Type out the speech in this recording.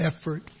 effort